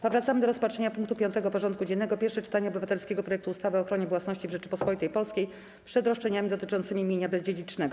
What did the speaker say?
Powracamy do rozpatrzenia punktu 5. porządku dziennego: Pierwsze czytanie obywatelskiego projektu ustawy o ochronie własności w Rzeczypospolitej Polskiej przed roszczeniami dotyczącymi mienia bezdziedzicznego.